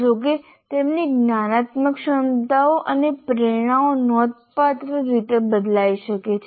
જો કે તેમની જ્ઞાનનાત્મક ક્ષમતાઓ અને પ્રેરણાઓ નોંધપાત્ર રીતે બદલાઈ શકે છે